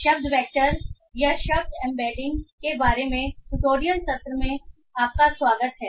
शब्द वैक्टर या शब्द एम्बेडिंग के बारे में ट्यूटोरियल सत्र में आपका स्वागत है